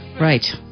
Right